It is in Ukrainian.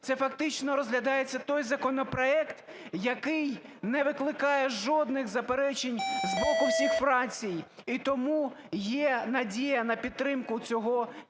Це фактично розглядається той законопроект, який не викликає жодних заперечень з боку всіх фракцій, і тому є надія на підтримку цього